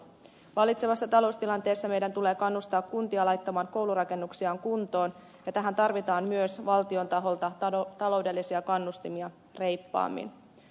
vallitsevassa taloustilanteessa meidän tulee kannustaa kuntia laittamaan koulurakennuksiaan kuntoon ja tähän tarvitaan myös valtion taholta taloudellisia kannustimia reippaammin